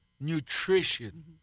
nutrition